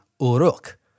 Uruk